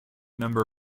number